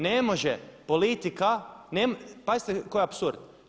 Ne može politika, pazite koji apsurd.